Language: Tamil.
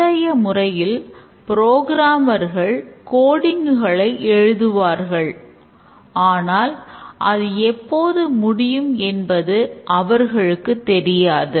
முந்தைய முறையில் புரோகிராமர்கள் எழுதுவார்கள் ஆனால் அது எப்போது முடியும் என்பது அவர்களுக்கு தெரியாது